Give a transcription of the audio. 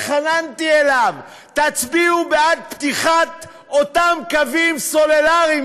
התחננתי אליו: תצביעו בעד פתיחת אותם קווים סלולריים.